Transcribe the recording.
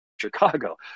chicago